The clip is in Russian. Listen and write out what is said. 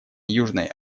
южной